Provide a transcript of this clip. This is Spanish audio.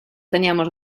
teníamos